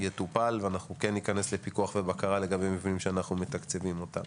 כי בתקופת הטוטו בנו מעט מאוד.